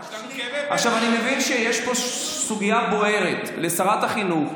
אני מבין שיש פה סוגיה בוערת לשרת החינוך.